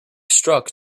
struck